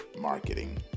marketing